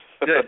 Good